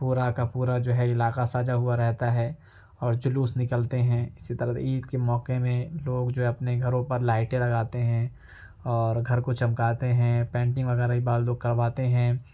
پورا کا پورا جو ہے علاقہ سجا ہوا رہتا ہے اور جلوس نکلتے ہیں اسی طرح سے عید کے موقع میں لوگ جو اپنے گھروں پر لائٹیں لگاتے ہیں اور گھر کو چمکاتے ہیں پینٹنگ وغیرہ بھی بعض لوگ کرواتے ہیں